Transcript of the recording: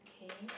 okay